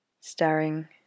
staring